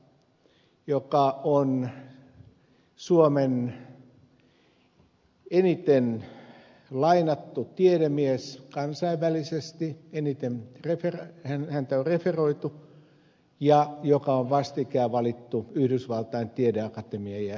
hän on suomen eniten lainattu tiedemies kansainvälisesti häntä on referoitu ja hänet on vastikään valittu yhdysvaltain tiedeakatemian jäseneksi